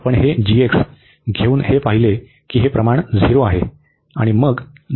आपण हे g घेऊन हे पाहिले की हे प्रमाण झिरो आहे